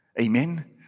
Amen